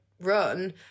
run